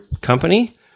company